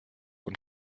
und